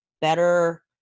better